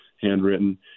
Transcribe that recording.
handwritten